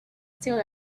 still